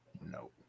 No